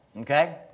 Okay